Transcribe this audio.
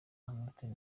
hayatou